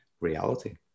reality